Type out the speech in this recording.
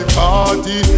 party